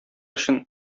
өчен